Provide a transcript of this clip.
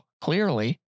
clearly